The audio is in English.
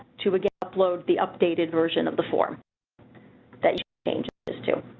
too again upload the updated version of the form that changes to.